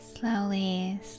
Slowly